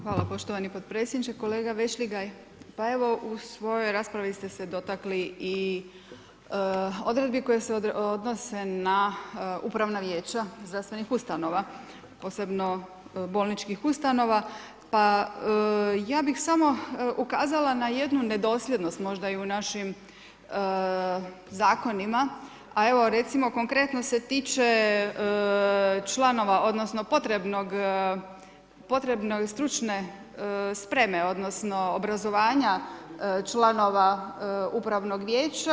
Hvala poštovani podpredsjedniče, kolega Vešligaj, pa evo u svojoj raspravi ste se dotakli i odredbi koje se odnose na upravna vijeća zdravstvenih ustanova, posebno bolničkih ustanova, pa ja bih samo ukazala na jednu nedosljednost možda i u našim zakonima, a evo recimo konkretno se tiče članova odnosno potrebnog potrebne stručne spreme odnosno obrazovanja članova upravnog vijeća.